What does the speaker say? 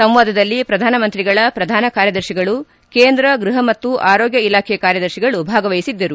ಸಂವಾದದಲ್ಲಿ ಪ್ರಧಾನಮಂತ್ರಿಗಳ ಪ್ರಧಾನ ಕಾರ್ಯದರ್ತಿಗಳು ಕೇಂದ್ರ ಗೃಹ ಮತ್ತು ಆರೋಗ್ಯ ಇಲಾಖೆ ಕಾರ್ಯದರ್ತಿಗಳು ಭಾಗವಹಿಸಿದ್ದರು